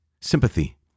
sympathy